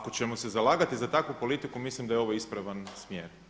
Ako ćemo se zalagati za takvu politiku mislim da je ovo ispravan smjer.